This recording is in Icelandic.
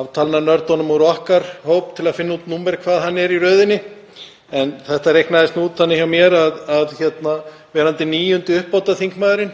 af talnanördunum úr okkar hópi til að finna út númer hvað hann er í röðinni. En þetta reiknaðist út þannig hjá mér að verandi níundi uppbótarþingmaðurinn